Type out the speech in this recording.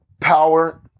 Power